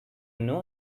know